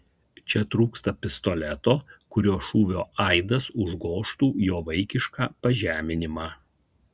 čia trūksta pistoleto kurio šūvio aidas užgožtų jo vaikišką pažeminimą